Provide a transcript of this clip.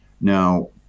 Now